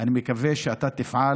אני מקווה שאתה תפעל